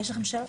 יש לכם שאלות?